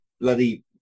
bloody